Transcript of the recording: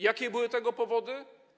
Jakie były tego powody?